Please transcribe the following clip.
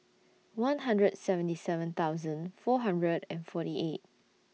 one hundred and seventy seven thousand four hundred and forty eight